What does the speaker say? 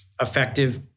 effective